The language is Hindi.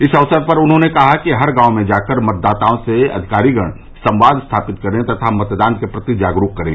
इस अवसर पर उन्होंने कहा कि हर गांव में जाकर मतदाताओं से अधिकारी गण संवाद स्थापित करें तथा मतदान के प्रति जागरूक करें